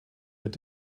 mit